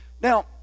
Now